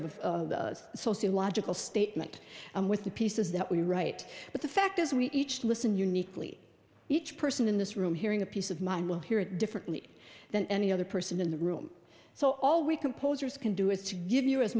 of sociological statement and with the pieces that we write but the fact is we each listen uniquely each person in this room hearing a piece of mind will hear it differently than any other person in the room so all we composers can do is to give you as